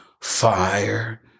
fire